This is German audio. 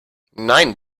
nein